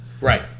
Right